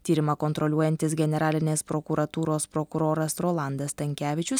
tyrimą kontroliuojantis generalinės prokuratūros prokuroras rolandas stankevičius